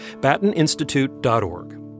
BattenInstitute.org